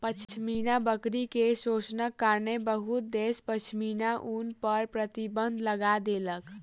पश्मीना बकरी के शोषणक कारणेँ बहुत देश पश्मीना ऊन पर प्रतिबन्ध लगा देलक